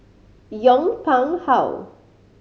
Yong Pung How